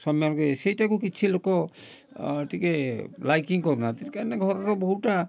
ସ୍ୱାମୀମାନଙ୍କୁ ଇଏ ସେଇଟାକୁ କିଛି ଲୋକ ଟିକେ ଲାଇକିଂ କରୁନାହାଁନ୍ତି କାହିଁକି ନା ଘରର ବୋହୁଟା